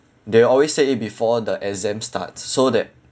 they'll always say it before the exam starts so that